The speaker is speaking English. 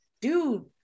dude